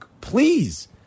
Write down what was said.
please